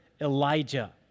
Elijah